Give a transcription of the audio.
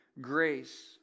Grace